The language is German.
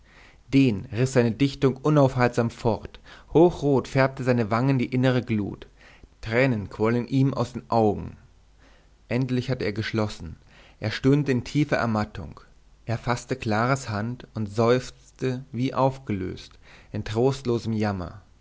den riß seine dichtung unaufhaltsam fort hochrot färbte seine wangen die innere glut tränen quollen ihm aus den augen endlich hatte er geschlossen er stöhnte in tiefer ermattung er faßte claras hand und seufzte wie aufgelöst in trostlosem jammer